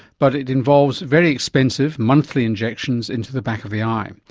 but it involves very expensive monthly injections into the back of the eye. and